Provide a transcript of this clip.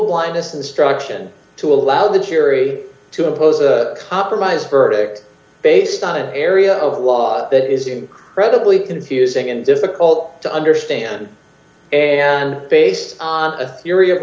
blindness instruction to allow the jury to impose a compromised verdict based on an area of law that is incredibly confusing and difficult to understand and based on a theory of